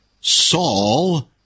Saul